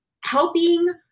helping